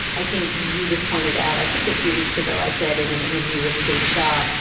i think you just pointed out i think a few weeks ago, i said in an interview with kate shaw,